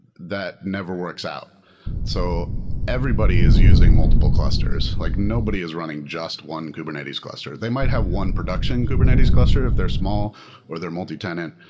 that never works out so everybody is using multiple clusters. clusters. like nobody is running just one kubernetes cluster. they might have one production kubernetes cluster if they're small or they're multitenant.